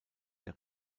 der